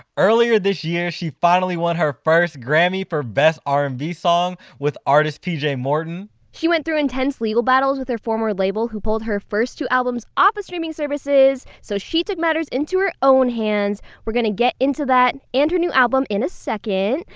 earlier this year, she finally won her first grammy for best r and b song with artist pj morton she went through intense legal battles with her former label who pulled her first two albums off of streaming services, so she took matters into her own hands. we're going to get into that and her new album in a second.